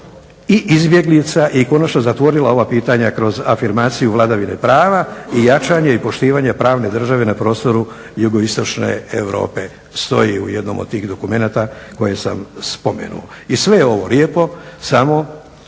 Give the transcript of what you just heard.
i izbjeglica i konačno zatvorila ova pitanja kroz afirmaciju vladavine prava i jačanje i poštivanje pravne države na prostoru JI Europe, stoji u jednom od tih dokumenata koje sam spomenuo. I sve je ovo lijepo, samo